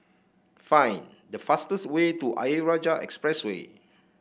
find the fastest way to Ayer Rajah Expressway